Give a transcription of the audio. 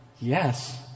yes